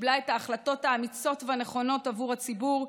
שקיבלה את ההחלטות האמיצות והנכונות עבור הציבור,